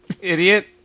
idiot